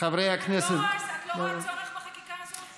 את לא רואה צורך בחקיקה הזאת?